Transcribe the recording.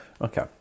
okay